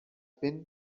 been